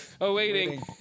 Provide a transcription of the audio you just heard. awaiting